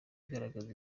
igaragaza